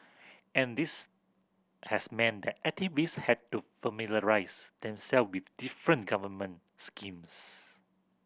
and this has meant that activist had to familiarise themselves with different government schemes